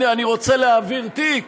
הנה אני רוצה להעביר תיק,